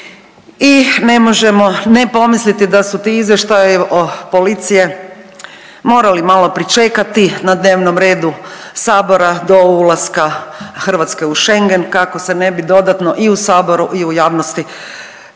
I ne možemo ne pomisliti da su ti izvještaji policije morali malo pričekati na dnevnom redu Sabora do ulaska Hrvatske u Schengen kako se ne bi dodatno i u Saboru i u javnosti